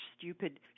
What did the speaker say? stupid